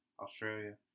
Australia